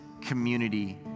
community